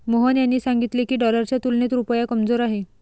मोहन यांनी सांगितले की, डॉलरच्या तुलनेत रुपया कमजोर आहे